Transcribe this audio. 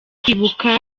kwibuka